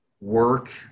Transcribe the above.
work